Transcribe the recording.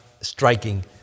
striking